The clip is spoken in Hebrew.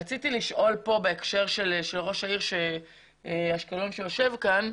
רציתי לשאול בהקשר לדבריו של ראש העיר אשקלון שיושב כאן.